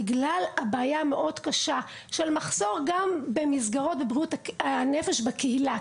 בגלל הבעיה המאוד קשה של מחסור גם במסגרות בבריאות הנפש בקהילה,